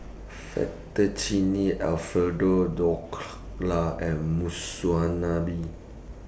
Fettuccine Alfredo Dhokla and Monsunabe